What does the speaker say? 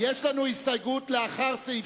יש לנו הסתייגות לאחר סעיף